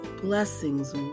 blessings